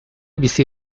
bizi